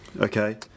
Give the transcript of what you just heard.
Okay